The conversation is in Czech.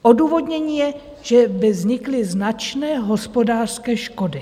Odůvodnění je, že by vznikly značné hospodářské škody.